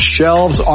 Shelves